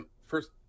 first